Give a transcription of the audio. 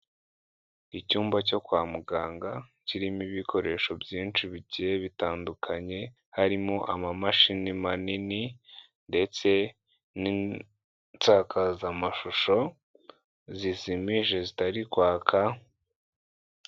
Icyumba cyo kwa muganga kirimo ibikoresho byinshi bigiye bitandukanye, harimo amamashini manini ndetse n'insakazamashusho zizimije zitari kwaka.